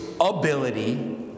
ability